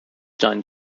done